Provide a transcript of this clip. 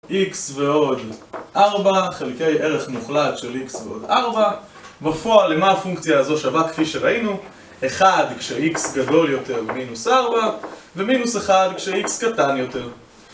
x ועוד 4, חלקי ערך מוחלט של x ועוד 4 ופועל למה הפונקציה הזו שווה כפי שראינו 1 כש-x גדול יותר, מינוס 4 ו-1 כש-x קטן יותר